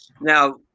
Now